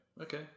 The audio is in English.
okay